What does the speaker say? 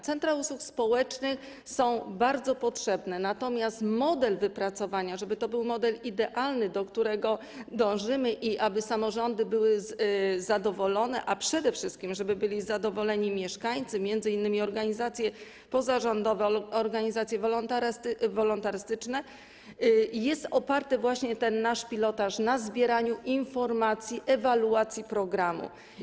Centra usług społecznych są bardzo potrzebne, natomiast wypracowanie modelu, żeby to był model idealny, do którego dążymy, i aby samorządy były zadowolone, a przede wszystkim żeby byli zadowoleni mieszkańcy, m.in. organizacje pozarządowe lub organizacje wolontarystyczne, jest oparte właśnie na tym naszym pilotażu, na zbieraniu informacji, ewaluacji programu.